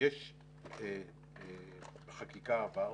בחקיקה עבר,